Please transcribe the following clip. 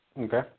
Okay